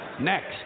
Next